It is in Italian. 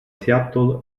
seattle